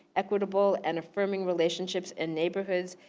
equitable and affirming relationships in neighborhoods,